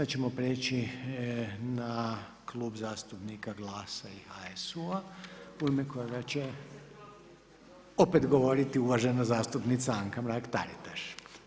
Sad ćemo preći na Klub zastupnika GLASA-a i HSU-a u ime kojega će opet govoriti uvažena zastupnica Anka Mrak-Taritaš.